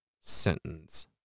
sentence